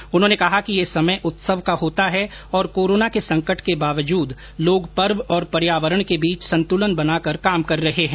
श्री मोदी ने कहा कि ये समय उत्सव का होता है और कोरोना के संकट के बावजूद लोग पर्व और पर्यावरण के बीच संतुलन बनाकर काम कर रहे हैं